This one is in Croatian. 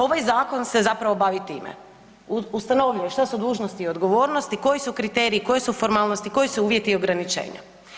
Ovaj zakon se zapravo bavi time, ustanovljuje što su dužnosti i odgovornosti, koji su kriteriji, koje su formalnosti, koji su uvjeti i ograničenja.